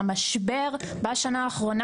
המשבר בשנה האחרונה,